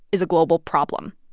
is a global problem,